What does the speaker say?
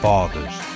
Fathers